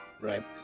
Right